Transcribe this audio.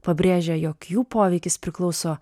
pabrėžia jog jų poveikis priklauso